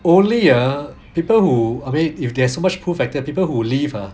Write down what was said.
only ah people who I mean if they have so much pull factor people who leave ah